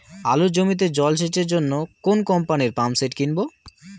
আলুর জমিতে জল সেচের জন্য কোন কোম্পানির পাম্পসেট কিনব?